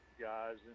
guys